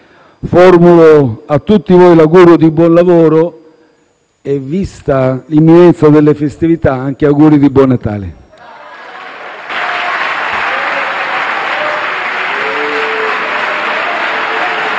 Formulo a tutti voi l'augurio di buon lavoro e, vista l'imminenza delle festività, anche gli auguri di buon Natale.